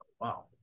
Wow